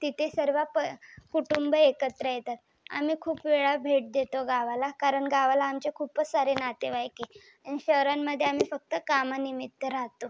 तिथे सर्व कुटुंब एकत्र येतात आम्ही खूप वेळा भेट देतो गावाला कारण गावाला आमचे खूपच सारे नातेवाईक आहे आणि शहरांमध्ये आम्ही फक्त कामानिमित्त राहतो